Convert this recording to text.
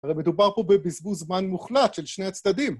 הרי מדובר פה בבזבוז זמן מוחלט של שני הצדדים.